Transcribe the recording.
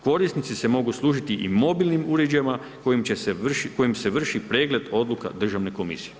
Korisnici se mogu služiti i mobilnim uređajima kojim se vrši pregled odluka Državne komisije.